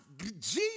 Jesus